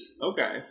Okay